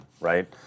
right